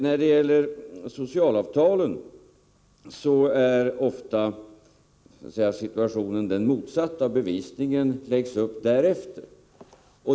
När det gäller socialavtalen är situationen ofta den motsatta, och bevisningen läggs upp därefter.